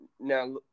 now